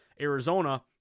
Arizona